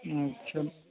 अच्छा